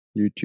YouTube